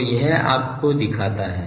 तो यह आपको दिखाता है